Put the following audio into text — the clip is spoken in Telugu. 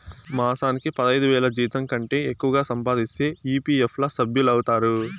మాసానికి పదైదువేల జీతంకంటే ఎక్కువగా సంపాదిస్తే ఈ.పీ.ఎఫ్ ల సభ్యులౌతారు